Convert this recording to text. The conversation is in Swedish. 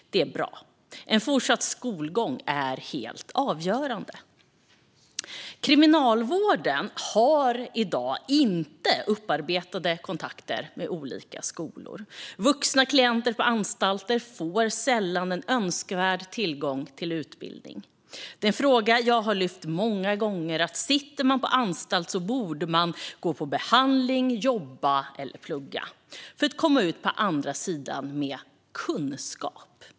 Det är bra. En fortsatt skolgång är helt avgörande. Kriminalvården har i dag inte upparbetade kontakter med olika skolor. Vuxna klienter på anstalter får sällan en önskvärd tillgång till utbildning. Det är en fråga jag har lyft många gånger. Sitter man på anstalt borde man gå på behandling, jobba eller plugga för att komma ut på andra sidan med kunskap.